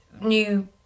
new